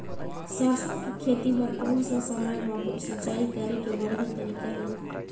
सरसो के खेती बार कोन सा समय मां सिंचाई करे के बढ़िया तारीक हे?